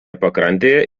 pakrantėje